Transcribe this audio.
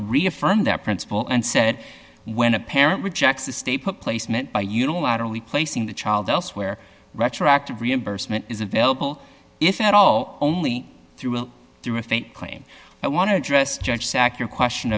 reaffirmed their principle and said when a parent rejects a stay put placement by unilaterally placing the child elsewhere retroactive reimbursement is available if at all only through a through a faint claim i want to address judge sack your question